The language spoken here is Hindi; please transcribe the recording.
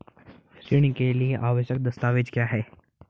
ऋण के लिए आवश्यक दस्तावेज क्या हैं?